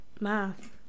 Math